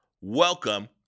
Welcome